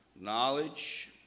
knowledge